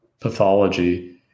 pathology